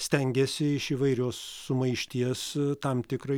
stengiasi iš įvairios sumaišties tam tikrai